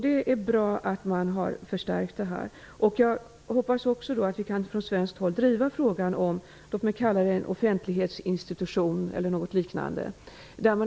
Det är bra att man har förstärkt Jag hoppas också att vi från svenskt håll kan driva frågan om det jag kallar en offentlighetsinstitution eller något liknande.